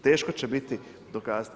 Teško će biti dokazati.